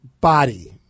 body